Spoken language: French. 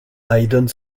hayden